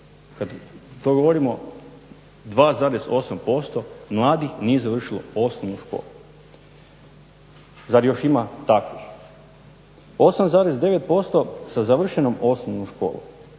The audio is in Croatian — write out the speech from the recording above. Kad to govorimo, 2,8% mladih nije završilo osnovnu školu. Zar još ima takvih? 8,9% sa završenom osnovnom školom,